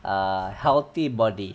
a healthy body